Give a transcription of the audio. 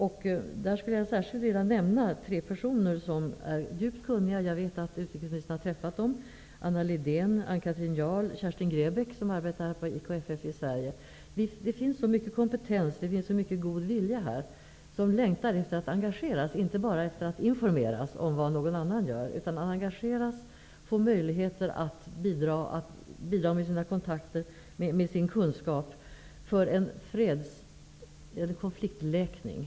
Jag skulle särskilt vilja nämna tre personer som är ytterst kunniga. Utrikesministern har träffat dessa. Det vet jag. Det gäller Anna Lidén, Ann Det finns allså väldigt mycket kompetens och god vilja här, och det finns en längtan efter att bli engagerad -- inte bara en längtan efter information om vad någon annan gör. Man vill alltså engagera sig och få möjligheter att genom sina kontakter och med sina kunskaper bidra till en konfliktläkning.